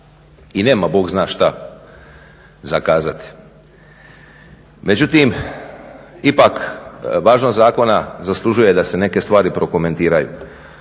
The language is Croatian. i nema Bog zna šta za kazati. Međutim, ipak važnost zakona zaslužuje da se neke stvari prokomentiraju.